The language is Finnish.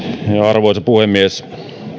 arvoisa puhemies